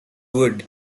would